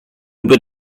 über